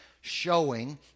showing